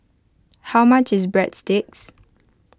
how much is breadsticks